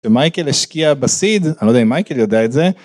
ומייקל השקיע בסיד, אני לא יודע אם מייקל יודע את זה.